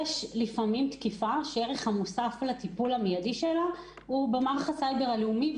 יש לפעמים תקיפה שהערך המוסף לטיפול המידי הוא במערך הסייבר הלאומי.